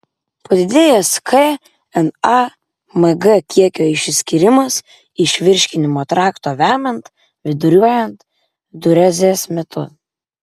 padidėjęs k na mg kiekio išsiskyrimas iš virškinimo trakto vemiant viduriuojant diurezės metu